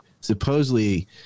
supposedly